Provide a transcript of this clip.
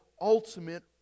ultimate